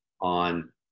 on